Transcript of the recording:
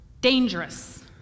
dangerous